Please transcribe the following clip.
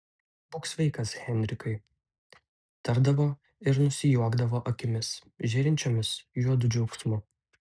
būk sveikas henrikai tardavo ir nusijuokdavo akimis žėrinčiomis juodu džiaugsmu